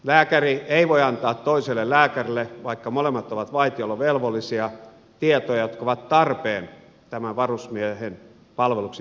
lääkäri ei voi antaa toiselle lääkärille vaikka molemmat ovat vaitiolovelvollisia tietoja jotka ovat tarpeen tämän varusmiehen palveluksen järjestämiseksi